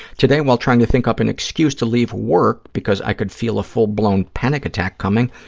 today, while trying to think up an excuse to leave work because i could feel a full-blown panic attack coming,